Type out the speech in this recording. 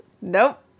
Nope